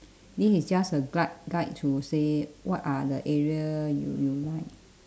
this is just a guide guide to say what are the area you you might